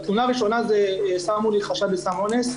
התלונה הראשונה היא שמו לי סם אונס,